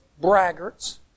braggarts